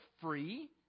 free